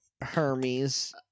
Hermes